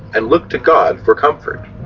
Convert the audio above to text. and look to god for comfort.